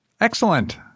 Excellent